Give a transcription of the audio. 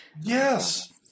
yes